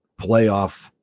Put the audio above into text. playoff